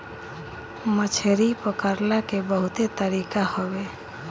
मछरी पकड़ला के बहुते तरीका हवे